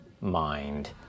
mind